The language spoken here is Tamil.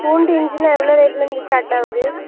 பூண்டு இஞ்சிலாம் எவ்வளோ ரேட்டுலேருந்து ஸ்டார்ட்டாகுது